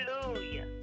Hallelujah